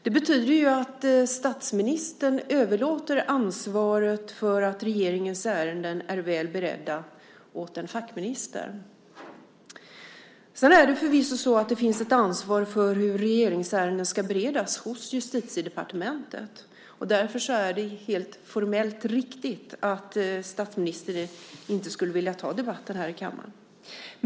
Det betyder ju att statsministern överlåter ansvaret för att regeringens ärenden är väl beredda åt en fackminister. Det finns förvisso ett ansvar för hur regeringsärenden ska beredas hos Justitiedepartementet, och därför är det helt formellt riktigt att statsministern inte skulle vilja ta debatten här i kammaren.